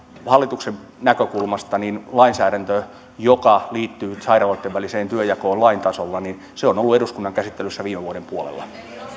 hallituksen näkökulmasta lainsäädäntö joka liittyy nyt sairaaloitten väliseen työnjakoon lain tasolla on ollut eduskunnan käsittelyssä viime vuoden puolella